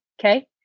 Okay